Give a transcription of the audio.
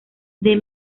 the